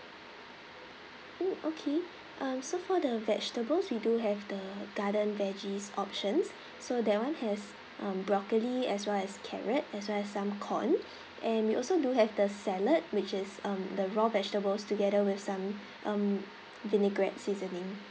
mm okay um so for the vegetables we do have the garden veggies options so that [one] has um broccoli as well as carrot as well as some corn and we also do have the salad which is um the raw vegetables together with some um vinaigrette seasoning